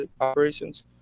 Operations